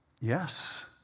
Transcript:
Yes